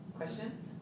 Questions